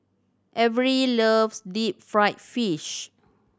Averie loves deep fried fish